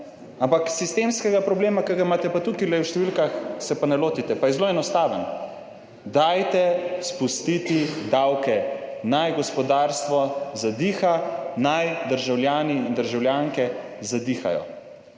ampak sistemskega problema, ki ga imate tukajle v številkah, se pa ne lotite. Pa je zelo enostaven. Dajte spustiti davke, naj gospodarstvo zadiha, naj državljani in državljanke zadihajo,